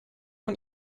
von